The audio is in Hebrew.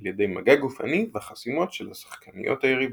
על ידי מגע גופני וחסימות של השחקניות היריבות.